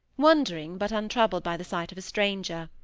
wondering, but untroubled by the sight of a stranger.